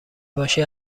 باشی